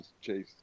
Chase